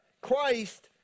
Christ